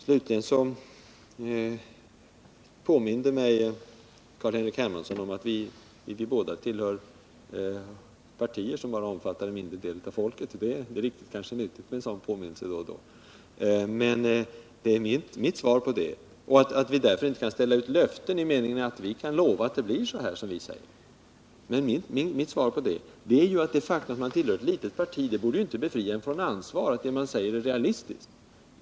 Slutligen påminde Carl-Henrik Hermansson mig om att vi båda tillhör partier som bara omfattar en mindre del av folket, och det är kanske riktigt att göra en sådan påminnelse då och då, och att vi därför inte kan ställa ut löften i meningen att vi kan lova att det blir så som vi säger. Men min kommentar till det är, att det faktum att man tillhör ett litet parti borde inte befria från ansvar för att det man säger är realistiskt.